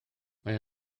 mae